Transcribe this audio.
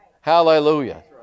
Hallelujah